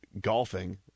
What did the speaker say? golfing